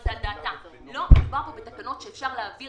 לא מדובר פה בתקנות שאפשר להעביר